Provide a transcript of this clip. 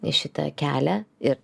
į šitą kelią ir